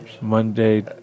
Monday